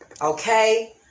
Okay